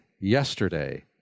yesterday